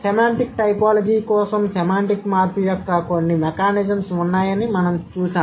semantic typology కోసం semantic మార్పు యొక్క కొన్ని మెకానిజమ్స్ ఉన్నాయని మనం చూశాము